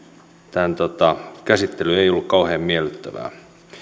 tämän käsittely ei ollut kauhean miellyttävää